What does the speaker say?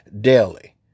daily